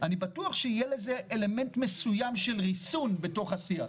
אני בטוח שיהיה בזה אלמנט נוסף של ריסון בתוך השיח.